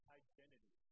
identity